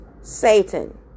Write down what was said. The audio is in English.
Satan